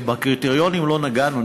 כי בקריטריונים לא נגענו,